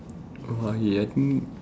oh I think